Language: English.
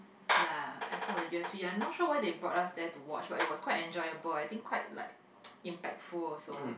ya as part of the yes one not sure why they brought us there to watch but it was quite enjoyable I think quite like impactful also